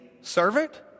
servant